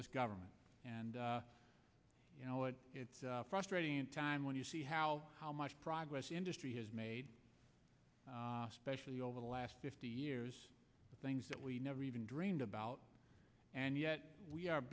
this government and it's frustrating time when you see how how much progress industry has made especially over the last fifty years things that we never even dreamed about and yet we are